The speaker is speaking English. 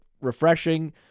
refreshing